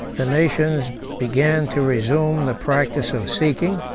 the nations began to resume the practice of seeking,